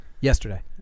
Yesterday